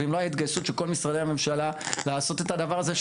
ואם לא הייתה התגייסות של כל משרדי הממשלה לעשות את הדבר הזה,